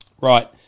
Right